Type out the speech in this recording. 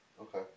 Okay